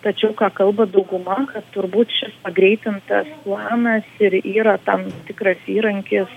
tačiau ką kalba dauguma kad turbūt šis pagreitintas planas ir yra tam tikras įrankis